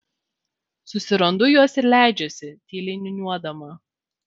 susirandu juos ir leidžiuosi tyliai niūniuodama